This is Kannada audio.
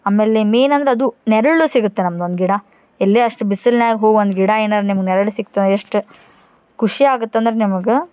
ಆಮೇಲೆ ಮೇನ್ ಅಂದ್ರೆ ಅದು ನೆರಳು ಸಿಗುತ್ತೆ ನಮ್ಗೊಂದು ಗಿಡ ಎಲ್ಲೇ ಅಷ್ಟು ಬಿಸಿಲ್ನಾಗ ಹೋಗಿ ಒಂದು ಗಿಡ ಏನಾರೂ ನಿಮಗೆ ನೆರಳು ಸಿಗ್ತಂದ್ರೆ ಎಷ್ಟು ಖುಷಿ ಆಗತ್ತಂದ್ರೆ ನಿಮಗೆ